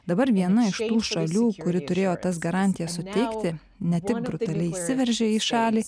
dabar viena iš šalių kuri turėjo tas garantijas suteikti ne tik brutaliai įsiveržė į šalį